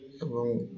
ଏବଂ